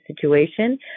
situation